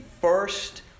first